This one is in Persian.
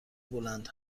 بلند